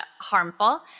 harmful